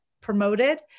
promoted